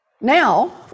Now